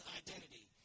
identity